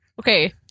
Okay